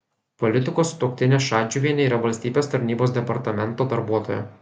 politiko sutuoktinė šadžiuvienė yra valstybės tarnybos departamento darbuotoja